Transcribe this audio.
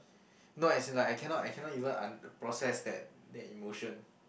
no as in like I cannot I cannot even un~ process that that emotion